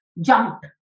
jumped